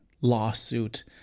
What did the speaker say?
lawsuit